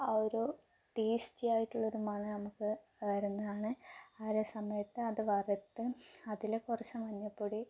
ആ ഒരു ടേസ്റ്റിയായിട്ടുള്ള ഒരു മണം നമ്മൾക്ക് വരുന്നതാണ് ഓരോ സമയത്ത് അത് വറുത്ത് അതില് കുറച്ച് മഞ്ഞൾപ്പൊടി